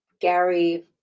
Gary